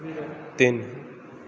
ਤਿੰਨ